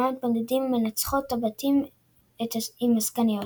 בה מתמודדות מנצחות הבתים עם הסגניות.